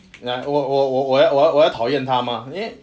like 我我我我我要讨厌她吗因为